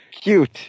Cute